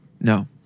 No